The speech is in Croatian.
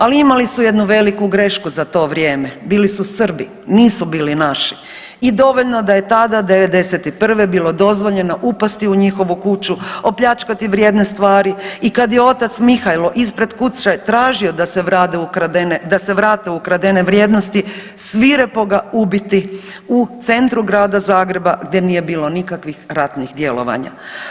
Ali imali su jednu veliku grešku za to vrijeme, bili su Srbi, nisu bili naši i dovoljno je da je tada '91. bilo dozvoljeno upasti u njihovu kuću, opljačkati vrijedne stvari i kada je otac Mihajlo ispred kuće tražio da se vrate ukradene vrijednosti svirepo ga ubiti u centru grada Zagreba gdje nije bilo nikakvih ratnih djelovanja.